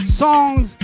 songs